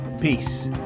Peace